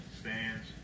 stands